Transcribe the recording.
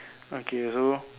okay so